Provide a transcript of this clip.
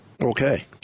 Okay